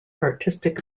artistic